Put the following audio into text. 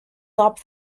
top